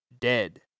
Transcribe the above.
dead